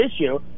issue